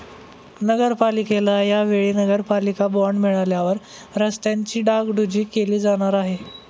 नगरपालिकेला या वेळी नगरपालिका बॉंड मिळाल्यावर रस्त्यांची डागडुजी केली जाणार आहे